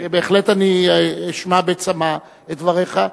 ובהחלט אני אשמע בצמא את דבריך,